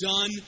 done